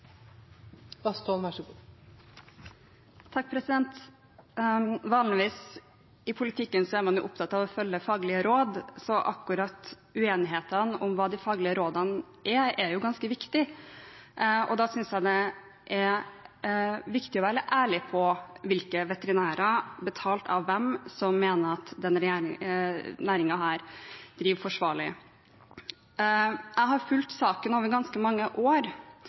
faglige rådene er, er ganske viktig. Og da synes jeg det er viktig å være ærlig på hvilke veterinærer, betalt av hvem, som mener at denne næringen driver forsvarlig. Jeg har fulgt saken over ganske mange år,